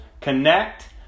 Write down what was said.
connect